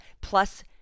plus